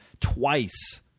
twice